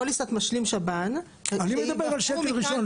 פוליסת משלים שב"ן מכאן ואילך --- אני מדבר על שקל ראשון,